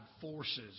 forces